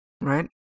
right